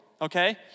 okay